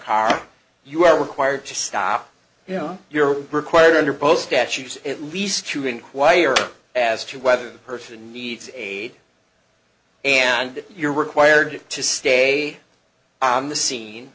car you are required to stop you know you're required under both statutes at least to enquire as to whether the person needs aid and you're required to stay on the scene